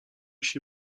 się